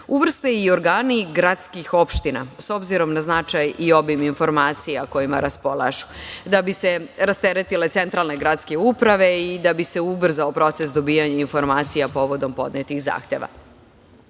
uvrste i organi gradskih opština, s obzirom na značaj i obim informacija kojima raspolažu da bi se rasteretile centralne gradske uprave i da bi se ubrzao proces o dobijanju informacija povodom podnetih zahteva. Posebno